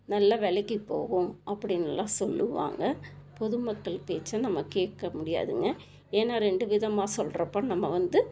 நல்ல விலைக்கி போகும் அப்படின்னுலாம் சொல்லுவாங்கள் பொதுமக்கள் பேச்சை நம்ம கேட்க முடியாதுங்க ஏன்னால் ரெண்டு விதமாக சொல்கிறப்ப நம்ம வந்து